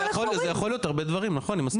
נכון, זה יכול להיות הרבה דברים אני מסכים.